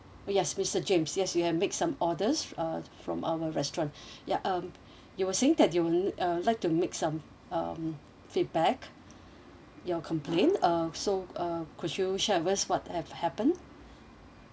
yes mister james yes you have make some orders uh from our restaurant ya um you were saying that you uh like to make some um feedback your complaint uh so uh could you share with us what have happened